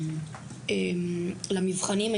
למבחנים.